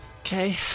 Okay